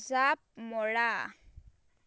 জাঁপ মৰা